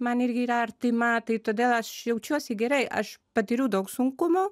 man irgi yra artima tai todėl aš jaučiuosi gerai aš patyriau daug sunkumų